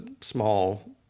small